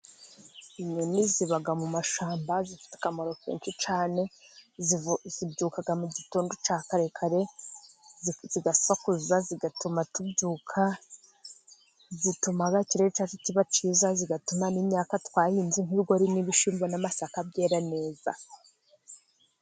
Inyoni ziba mu mashyamba, zifite akamaro kenshi cyane. Zibyuka mugitondo cya kare kare zigasakuza zigatuma tubyuka. Zituma ikirere cyacu kiba cyiza, zigatuma n'imyaka twahinze nk'ibigori n'ibishyimbo n'amasaka byera neza.